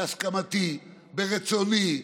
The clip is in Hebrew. בהסכמתי, ברצוני,